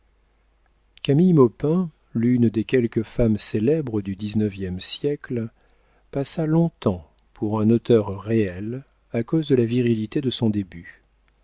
camille maupin l'une des quelques femmes célèbres du dix-neuvième siècle passa long-temps pour un auteur réel à cause de la virilité de son début